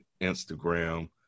Instagram